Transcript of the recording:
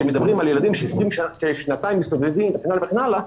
כשמדברים על ילדים ששנתיים מסתובבים וכן הלאה וכן הלאה,